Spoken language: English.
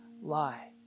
lie